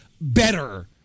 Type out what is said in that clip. better